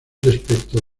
respecto